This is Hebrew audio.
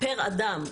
פר אדם,